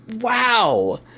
wow